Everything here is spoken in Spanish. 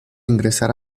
ingresar